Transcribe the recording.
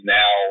now